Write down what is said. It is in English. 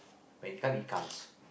when it come it comes